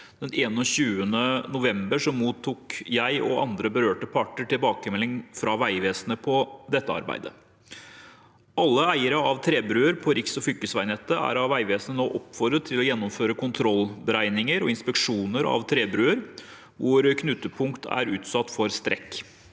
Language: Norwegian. Den 21. november mottok jeg og andre berørte parter tilbakemelding fra Vegvesenet om dette arbeidet. Alle eiere av trebruer på riks- og fylkesveinettet er av Vegvesenet nå oppfordret til å gjennomføre kontrollberegninger og inspeksjoner av trebruer hvor knutepunkt er utsatt for strekk.